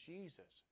Jesus